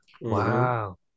Wow